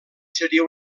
seria